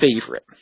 favorite